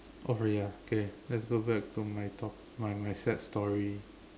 off already ah okay let's go back to my to~ my my sad story